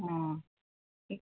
অঁ ঠিক